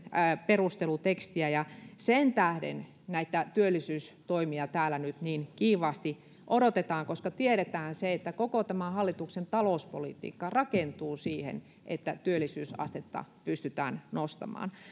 perustelutekstiä sen tähden näitä työllisyystoimia täällä nyt niin kiivaasti odotetaan koska tiedetään että koko tämän hallituksen talouspolitiikka rakentuu sille että työllisyysastetta pystytään nostamaan